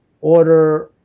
order